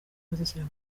kuzishyira